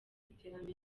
iterambere